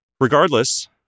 Regardless